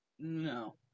No